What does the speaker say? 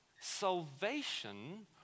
salvation